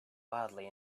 wildly